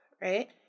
right